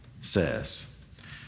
says